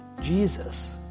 Jesus